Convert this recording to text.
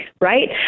Right